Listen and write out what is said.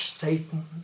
Satan